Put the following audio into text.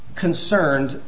concerned